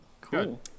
Cool